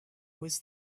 was